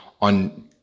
on